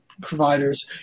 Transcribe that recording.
providers